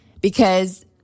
because-